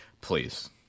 Please